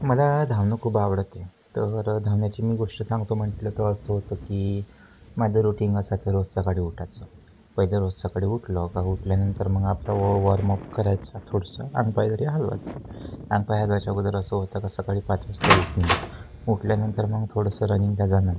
मला धावणं खूप आवडते तर धावण्याची मी गोष्ट सांगतो म्हटलं तर असं होतं की माझं रूटीन असायचं रोज सकाळी उठाचं पहिलं रोज सकाळी उठलं का उठल्यानंतर मग आपला व वॉर्मअप करायचा थोडंसं अंग पाय तरी हालवायचं अंग पाय हलवायच्या अगोदर असं होतां का सकाळी पाच वाजता उठणं उठल्यानंतर मग थोडंसं रनिंगला जाणं